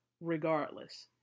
regardless